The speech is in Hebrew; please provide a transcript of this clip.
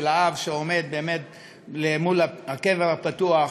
של האב שעומד מול הקבר הפתוח,